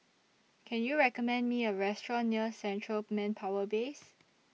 Can YOU recommend Me A Restaurant near Central Manpower Base